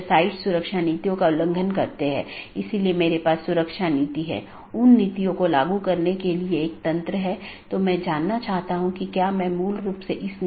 हालाँकि एक multi home AS को इस प्रकार कॉन्फ़िगर किया जाता है कि यह ट्रैफिक को आगे न बढ़ाए और पारगमन ट्रैफिक को आगे संचारित न करे